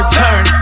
turn